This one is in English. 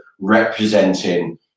representing